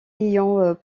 ayant